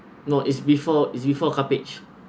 no is before is before cuppage